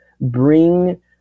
bring